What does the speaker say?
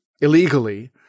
illegally